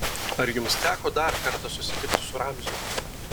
ar jums teko dar kartą susitikti su ramziu